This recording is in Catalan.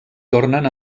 tornen